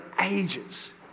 ages